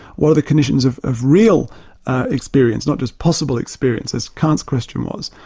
what are the conditions of of real experience, not just possible experience, as kant's question was.